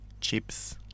chips